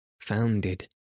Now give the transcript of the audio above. founded